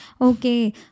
okay